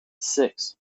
six